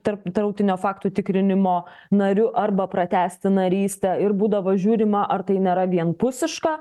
tarptautinio faktų tikrinimo nariu arba pratęsti narystę ir būdavo žiūrima ar tai nėra vienpusiška